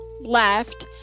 left